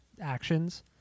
actions